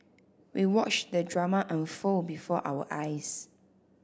we watched the drama unfold before our eyes